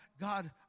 God